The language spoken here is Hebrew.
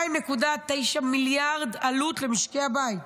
2.9 מיליארד עלות למשקי הבית,